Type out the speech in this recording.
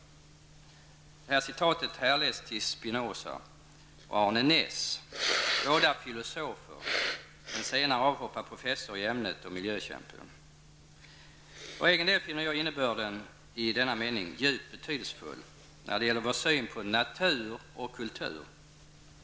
Citatet härleds till Spinoza och Arne Naess, båda filosofer, den senare avhoppad professor i ämnet och miljökämpe. För egen del finner jag innebörden i denna mening djupt betydelsefull när det gäller vår syn på natur och kultur.